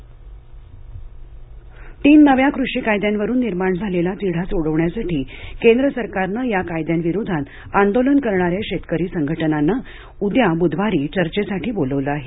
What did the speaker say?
शेतकरी आमंत्रण तीन नव्या कृषी कायद्यांवरून निर्माण झालेला तिढा सोडवण्यासाठी केंद्र सरकारनं या कायद्यांविरोधात आंदोलन करणाऱ्या शेतकरी संघटनांना उद्या बुधवारी चर्चेसाठी बोलावलं आहे